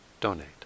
donate